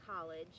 college